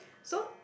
so